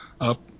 up